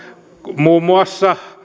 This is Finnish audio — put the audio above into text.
muun muassa